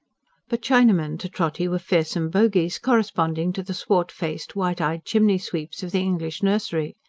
but chinamen to trotty were fearsome bogies, corresponding to the swart-faced, white-eyed chimney-sweeps of the english nursery.